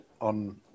on